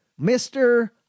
Mr